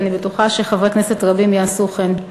ואני בטוחה שחברי כנסת רבים יעשו כן.